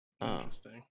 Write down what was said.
Interesting